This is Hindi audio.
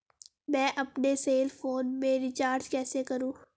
मैं अपने सेल फोन में रिचार्ज कैसे करूँ?